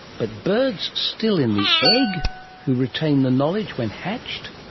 but birds still in the egg who retain the knowledge when hatched?